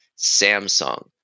Samsung